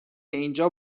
اینجا